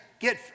get